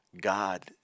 God